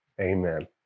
amen